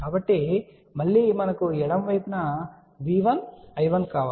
కాబట్టి మళ్ళీ మనకు ఎడమ వైపు V1 I1 కావాలి